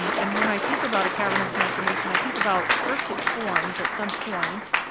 um and when i think about a cavernous malformation, i think about first it forms at some point,